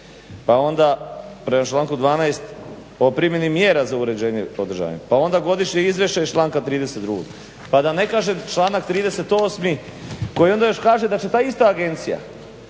Pa onda prema članku 12. o primjeni mjera za uređenje održavanja, pa onda godišnje izvješće iz članka 32. Pa da ne kažem članak 38. koji onda još kaže da će ta ista agencija